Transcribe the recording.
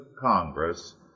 Congress